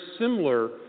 similar